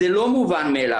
זה לא מובן מאליו.